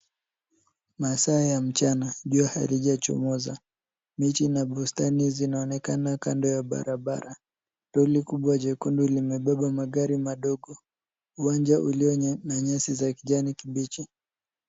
Masaa ya mchana, jua halija chomoza, miti na bustani zinaonekana kando ya barabara. Lori kubwa jekundu, limebeba magari madogo. Uwanja ulio na nyasi za kijani kibichi.